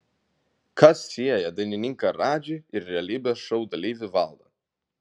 kas sieja dainininką radžį ir realybės šou dalyvį valdą